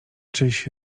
czyś